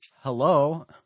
hello